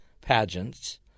pageants